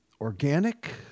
organic